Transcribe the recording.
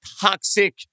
toxic